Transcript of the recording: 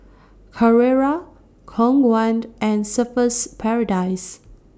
Carrera Khong Guan and Surfer's Paradise